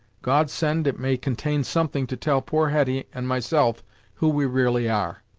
god send it may contain something to tell poor hetty and myself who we really are!